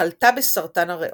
חלתה בסרטן הריאות.